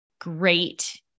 great